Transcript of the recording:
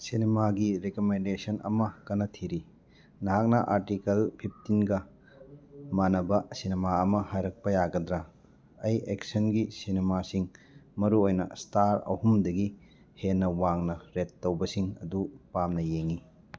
ꯁꯤꯅꯦꯃꯥꯒꯤ recommendation ꯑꯃ ꯀꯟꯅ ꯊꯤꯔꯤ ꯅꯍꯥꯛꯅ ꯑꯥꯔꯇꯤꯀꯜ ꯐꯤꯐꯇꯤꯟꯒ ꯃꯥꯟꯅꯕ ꯁꯤꯅꯦꯃꯥ ꯑꯃ ꯍꯥꯏꯔꯛꯄ ꯌꯥꯒꯗ꯭ꯔꯥ ꯑꯩ ꯑꯦꯛꯁꯟꯒꯤ ꯁꯤꯅꯦꯃꯥꯁꯤꯡ ꯃꯔꯨ ꯑꯣꯏꯅ ꯏꯁꯇꯥꯔ ꯑꯍꯨꯝꯗꯒꯤ ꯍꯦꯟꯅ ꯋꯥꯡꯅ ꯔꯦꯠ ꯇꯧꯕꯁꯤꯡ ꯑꯗꯨ ꯄꯥꯝꯅ ꯌꯦꯡꯏ